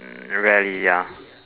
mm rarely ya